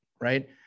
right